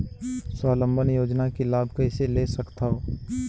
स्वावलंबन योजना के लाभ कइसे ले सकथव?